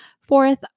Fourth